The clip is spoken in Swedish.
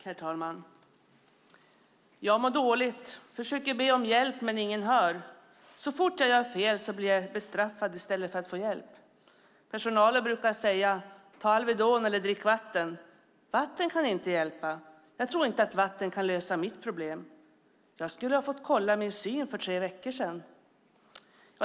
Herr talman! "Jag mår dåligt, försöker be om hjälp men ingen hör. Så fort jag gör fel blir jag bestraffad i stället för att få hjälp. ... Personalen brukar säga: Ta Alvedon eller drick vatten. Vatten kan inte hjälpa. Jag tror inte att vatten kan lösa mitt problem. ... Jag skulle ha fått kolla min syn för tre veckor sedan."